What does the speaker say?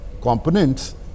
components